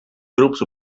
grups